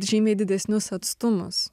žymiai didesnius atstumus